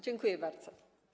Dziękuję bardzo.